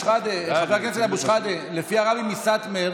חבר הכנסת סמי אבו שחאדה, לפי הרבי מסאטמר